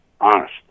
Honest